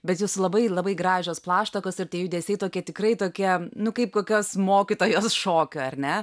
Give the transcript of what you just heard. bet jūsų labai labai gražios plaštakos ir tie judesiai tokie tikrai tokie nu kaip kokios mokytojos šokių ar ne